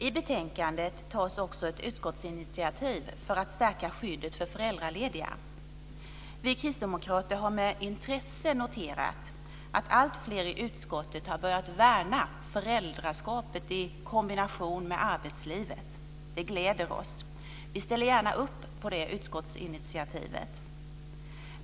I betänkandet tas också ett utskottsinitiativ för att stärka skyddet för föräldralediga. Vi kristdemokrater har med intresse noterat att alltfler i utskottet har börjat värna föräldraskapet i kombination med arbetslivet. Det gläder oss. Vi ställer gärna upp på det utskottsinitiativet.